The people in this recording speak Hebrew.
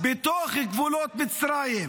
זה שהוא מסתייג זו לא סיבה לטנף את ההיסטוריה שלנו.